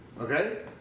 Okay